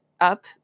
up